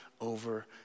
over